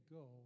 go